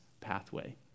pathway